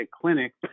clinic